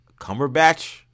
Cumberbatch